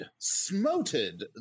smoted